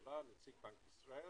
ישראל,